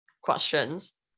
questions